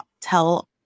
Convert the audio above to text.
tell